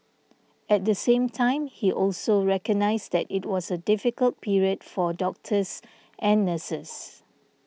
at the same time he also recognised that it was a difficult period for doctors and nurses